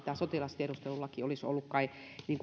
tämä sotilastiedustelulaki olisi ollut kai